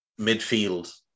midfield